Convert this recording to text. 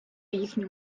їхню